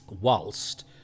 whilst